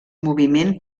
moviment